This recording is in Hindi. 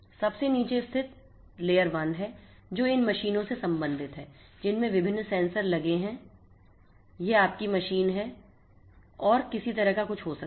सबसे नीचे स्थित 1 लेयर है जो इन मशीनों से संबंधित है जिनमें विभिन्न सेंसर लगे हैं यह आपकी मशीन है ये मशीनें कोई भी औद्योगिक मशीनरी निर्माण मशीनरी पावर्ड मशीनरी और किसी तरह का कुछ हो सकती हैं